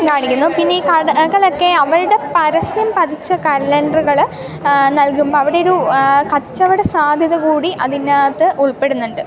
കാണിക്കുന്നു പിന്നീ കടകളൊക്കെ അവരുടെ പരസ്യം പതിച്ച കലണ്ടറുകൾ നൽകുമ്പം അവിടൊരു കച്ചവട സാധ്യത കൂടി അതിനകത്ത് ഉൾപ്പെടുന്നുണ്ട്